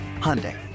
Hyundai